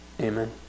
Amen